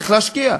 צריך להשקיע.